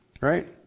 right